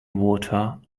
water